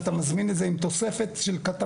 דרך אגב, אתה מזמין את זה עם תוספת של קטמין?